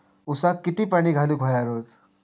ऊसाक किती पाणी घालूक व्हया रोज?